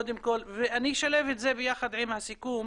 אני אשלב את זה ביחד עם הסיכום